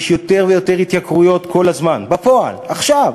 יש יותר ויותר התייקרויות כל הזמן, בפועל, עכשיו.